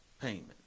payment